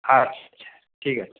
আচ্ছা আচ্ছা ঠিক আছে